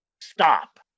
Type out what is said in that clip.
stop